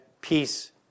peace